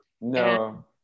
No